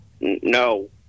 No